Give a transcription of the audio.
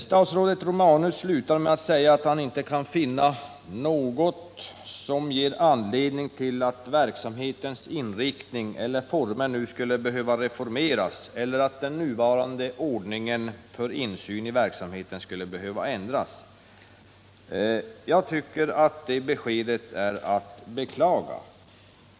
Statsrådet Romanus slutar med att säga att han inte kan finna något ”som ger anledning till att verksamhetens inriktning eller former nu skulle behöva reformeras eller att den nuvarande ordningen för insyn i verksamheten skulle behöva ändras”. Jag tycker att det beskedet är att beklaga.